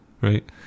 Right